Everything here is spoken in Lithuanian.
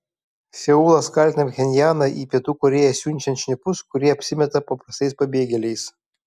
seulas kaltina pchenjaną į pietų korėją siunčiant šnipus kurie apsimeta paprastais pabėgėliais